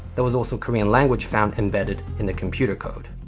there was also korean language found embedded in the computer code.